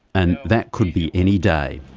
and that could be any day.